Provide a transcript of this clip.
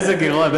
איזה גירעון?